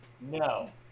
No